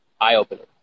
eye-opening